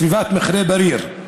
בסביבת מכרה בריר.